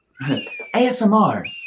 ASMR